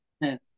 Yes